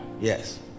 yes